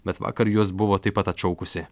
bet vakar juos buvo taip pat atšaukusi